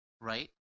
right